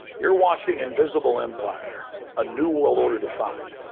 you're watching invisible empire a new world order defined.